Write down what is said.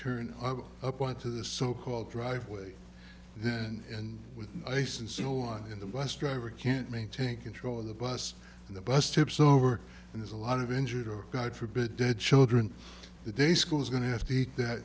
turn up on to the so called driveway and with ice and snow on the bus driver can't maintain control of the bus and the bus tips over and there's a lot of injured or god forbid dead children they school is going to have to eat that